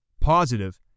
positive